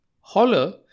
Holler